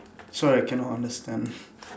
sorry I cannot understand